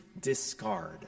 discard